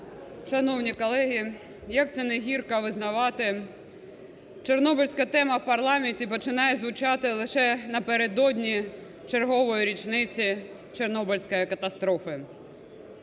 Шановні колеги, як це не гірко визнавати, чорнобильська тема в парламенті починає звучати лише напередодні чергової річниці Чорнобильської катастрофи,